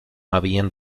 habían